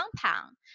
compound